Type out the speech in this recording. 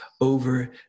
over